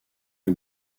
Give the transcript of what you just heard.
est